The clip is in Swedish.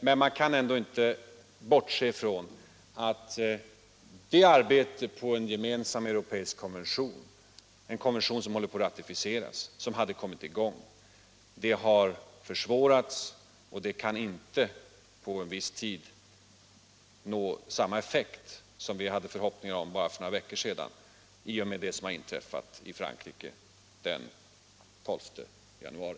Men man kan inte bortse från att det arbete som hade kommit i gång på en gemensam europeisk konvention har försvårats — en konvention som man håller på att ratificera — och att det inte på ansenlig tid kan nå samma effekt som vi hade förhoppningar om för bara några veckor sedan. Det är en följd av vad som inträffade i Frankrike den 12 januari.